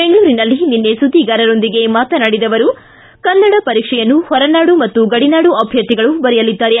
ಬೆಂಗಳೂರಿನಲ್ಲಿ ನಿನ್ನೆ ಸುದ್ಲಿಗಾರರೊಂದಿಗೆ ಮಾತನಾಡಿದ ಅವರು ಕನ್ನಡ ಪರೀಕ್ಷೆಯನ್ನು ಹೊರನಾಡು ಮತ್ತು ಗಡಿನಾಡು ಅರ್ಧರ್ಥಿಗಳು ಬರೆಯಲಿದ್ದಾರೆ